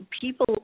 people